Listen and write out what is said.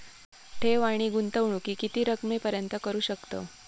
ठेव आणि गुंतवणूकी किती रकमेपर्यंत करू शकतव?